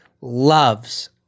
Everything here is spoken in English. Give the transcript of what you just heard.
loves